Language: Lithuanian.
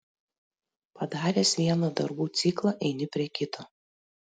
padaręs vieną darbų ciklą eini prie kito